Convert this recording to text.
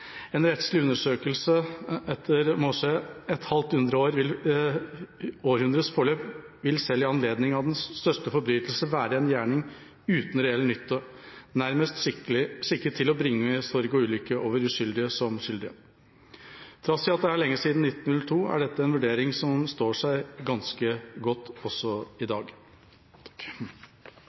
et halvt Aarhundredes Forløb vilde selv i Anledning af den største Forbrydelse være en Gjerning uden reel Nytte, nærmest skikket til at bringe Sorg og Ulykke over Uskyldige som Skyldige.» Trass i at det er lenge siden 1902, er dette en vurdering som står seg ganske godt også i